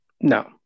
No